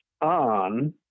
on